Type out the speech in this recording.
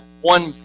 one